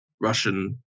Russian